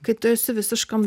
kai tu esi visiškam